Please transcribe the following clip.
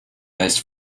most